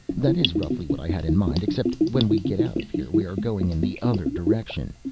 that is roughly what i had in mind, except when we get out of here we are going in the other direction,